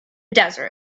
desert